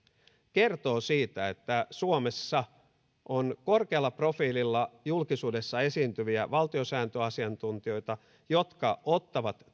kertoo siitä että suomessa on korkealla profiililla julkisuudessa esiintyviä valtiosääntöasiantuntijoita jotka ottavat